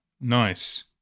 Nice